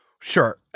Sure